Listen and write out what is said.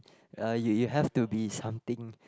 uh you you have to be something